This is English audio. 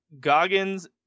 Goggins